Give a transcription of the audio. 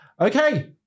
Okay